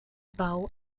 bau